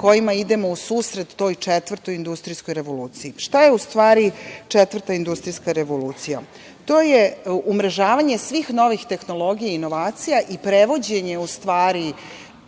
kojima idemo u susret toj četvrtoj industrijskoj revoluciji. Šta je u stvari četvrta industrijska revolucija? To je umrežavanje svih novih tehnologija i inovacija i prevođenje, u stvari,